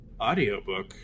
audiobook